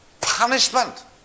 Punishment